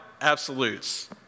absolutes